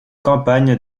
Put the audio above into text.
campagne